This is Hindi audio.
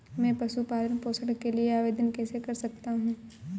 मैं पशु पालन पोषण के लिए आवेदन कैसे कर सकता हूँ?